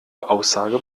aussage